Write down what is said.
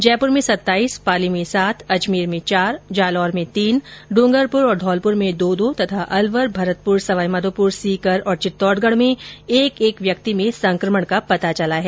जयपुर में सत्ताइस पाली में सात अजमेर में चार जालौर में तीन डूंगरपुर और धौलपुर में दो चे तथा अलवर भरतपुर सवाईमाधोपुर सीकर और चित्तौडगढ में एक एक व्यक्ति में संक्रमण का पता चला है